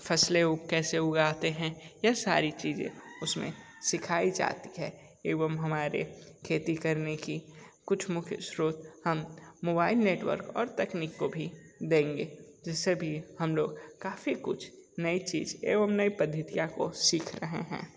फसलें कैसे उगाते हैं यह सारी चीजें उसमें सिखाई जाती हैं एवं हमारे खेती करने की कुछ मुख्य स्त्रोत हम मोबाइल नेटवर्क और तक्नीक को भी देंगे जिससे भी हम लोग काफ़ी कुछ नई चीज़ एवं नई पद्धतियाँ को सीख रहे हैं